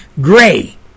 Gray